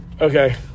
Okay